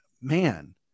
man